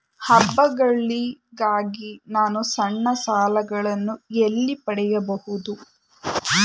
ಹಬ್ಬಗಳಿಗಾಗಿ ನಾನು ಸಣ್ಣ ಸಾಲಗಳನ್ನು ಎಲ್ಲಿ ಪಡೆಯಬಹುದು?